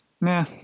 nah